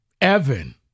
Evan